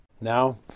Now